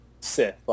Sith